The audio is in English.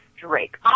Drake